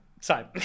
Sorry